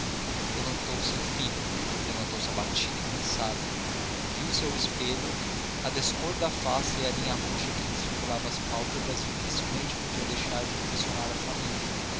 levantou-se enfim levantou-se abatida e cansada viu-se ao espelho a descor da face e a linha roxa que lhe circulava as dificilmente podiam deixar de impressionar a família